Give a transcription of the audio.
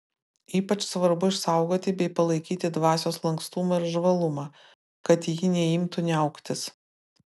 ypač svarbu išsaugoti bei palaikyti dvasios lankstumą ir žvalumą kad ji neimtų niauktis